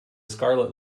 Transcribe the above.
scarlet